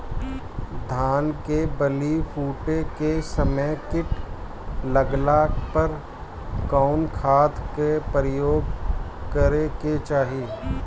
धान के बाली फूटे के समय कीट लागला पर कउन खाद क प्रयोग करे के चाही?